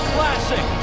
Classic